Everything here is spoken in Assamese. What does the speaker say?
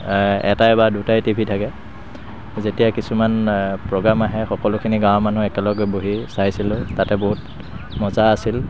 এটাই বা দুটাই টি ভি থাকে যেতিয়া কিছুমান প্ৰগ্ৰাম আহে সকলোখিনি গাঁৱৰ মানুহ একেলগে বহি চাইছিলোঁ তাতে বহুত মজা আছিল